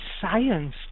Science